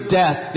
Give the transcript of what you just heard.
death